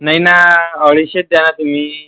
नाही ना अडीचशेच द्या ना तुम्ही